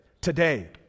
today